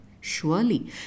Surely